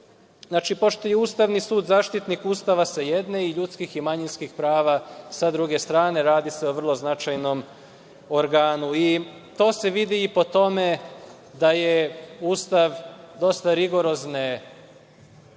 pošto je Ustavni sud zaštitnik Ustava sa jedne i ljudskih i manjinskih prava sa druge strane, radi se o vrlo značajnom organu i to se vidi i po tome da je Ustav dosta rigorozne